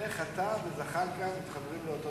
אולי בדברים אחרים הוא מסכים אתי,